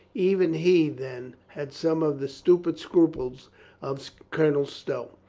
even he, then, had some of the stupid scruples of colonel stow.